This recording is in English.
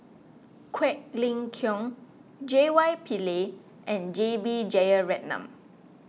Quek Ling Kiong J Y Pillay and J B Jeyaretnam